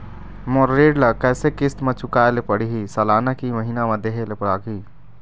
मोर ऋण ला कैसे किस्त म चुकाए ले पढ़िही, सालाना की महीना मा देहे ले लागही?